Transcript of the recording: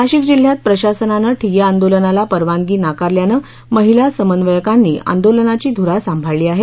नाशिक जिल्ह्यात प्रशासनानं ठिय्या आंदोलनाला परवानगी नाकारल्यानं महिला समन्वयकांनी आंदोलनाची धुरा सांभाळली आहे